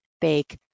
bake